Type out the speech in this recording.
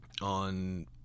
On